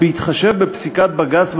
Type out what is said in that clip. בהתחשב בפסיקת בג"ץ,